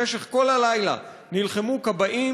במשך כל הלילה נלחמו כבאים,